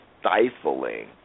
stifling